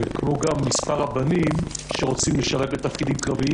כמו גם מספר הבנים שרוצים לשרת בתפקידים קרביים,